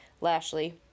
Lashley